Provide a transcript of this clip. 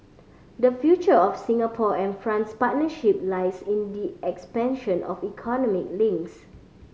the future of Singapore and France partnership lies in the expansion of economic links